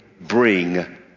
bring